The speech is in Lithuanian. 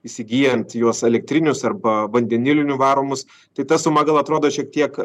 įsigyjant juos elektrinius arba vandeniliniu varomus tai ta suma gal atrodo šiek tiek